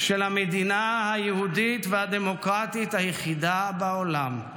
של המדינה היהודית והדמוקרטית היחידה בעולם.